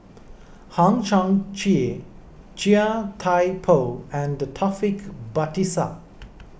Hang Chang Chieh Chia Thye Poh and Taufik Batisah